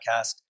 Podcast